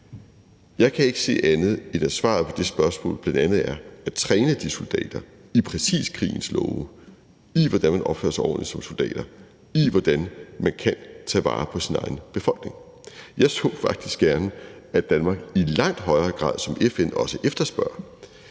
Jeg kan ikke se andet, end at svaret på det spørgsmål bl.a. er at træne de soldater i præcis krigens love og i, hvordan man opfører sig ordentligt som soldat, og i, hvordan man kan tage vare på sin egen befolkning. Jeg så faktisk gerne, at Danmark i langt højere grad, som FN også efterspørger,